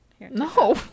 No